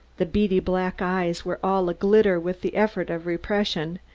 the beady black eyes were all aglitter with the effort of repression,